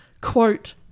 Quote